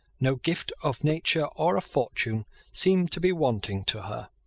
no gift of nature or of fortune seemed to be wanting to her.